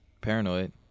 paranoid